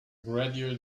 gradual